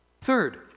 Third